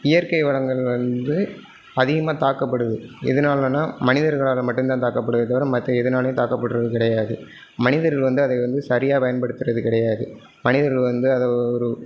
இயற்கை வளங்கள் வந்து அதிகமாக தாக்கப்படுது எதுனாலனால் மனிதர்களால் மட்டுந்தான் தாக்கப்படுதே தவிர மற்ற எதுனாலேயும் தாக்கப்படுறது கிடையாது மனிதர்கள் வந்து அதை வந்து சரியாக பயன்படுத்துவது கிடையாது மனிதர்கள் வந்து அதை ஒரு